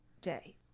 day